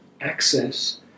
access